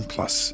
Plus